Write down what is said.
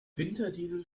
winterdiesel